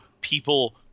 people